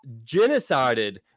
genocided